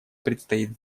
предстоит